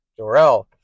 Dorel